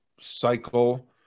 cycle